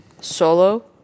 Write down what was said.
Solo